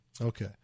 Okay